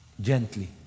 gently